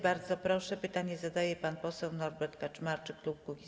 Bardzo proszę, pytanie zadaje pan poseł Norbert Kaczmarczyk, klub Kukiz’15.